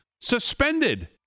Suspended